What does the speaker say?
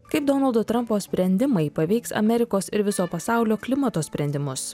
kaip donaldo trampo sprendimai paveiks amerikos ir viso pasaulio klimato sprendimus